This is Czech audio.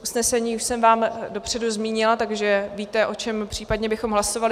Usnesení už jsem vám dopředu zmínila, takže víte, o čem případně bychom hlasovali.